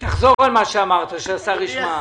תחזור על מה שאמרת, שהשר ישמע.